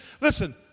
listen